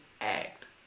act